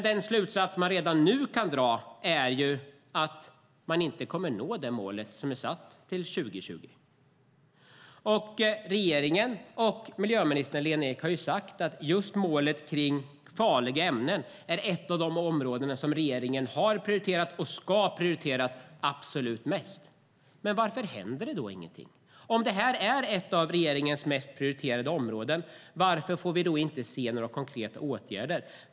Den slutsats man redan nu kan dra är dock att man inte kommer att nå det mål som är satt till 2020. Regeringen och miljöminister Lena Ek har sagt att just målet om farliga ämnen är ett av de områden som regeringen har prioriterat och ska prioritera absolut mest. Men varför händer det då ingenting? Om det här är ett av regeringens mest prioriterade områden, varför får vi då inte se några konkreta åtgärder?